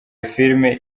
filime